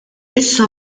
issa